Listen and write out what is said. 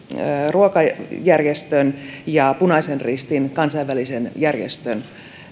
ruokajärjestön ja punaisen ristin kansainvälisen järjestön